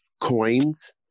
coins